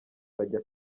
bajya